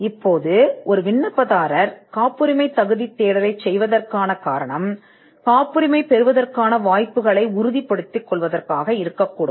இப்போது ஒரு விண்ணப்பதாரர் காப்புரிமை தேடலை செய்ய விரும்புவதற்கான காரணம் காப்புரிமையைப் பெறுவதற்கான வாய்ப்புகளைத் தீர்மானிப்பதாகும்